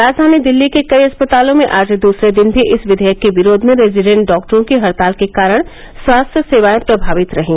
राजधानी दिल्ली के कई अस्पतालों में आज दूसरे दिन भी इस विघेयक के विरोध में रेजिडेंट डॉक्टरों की हड़ताल के कारण स्वास्थ्य सेवाएं प्रभावित रहीं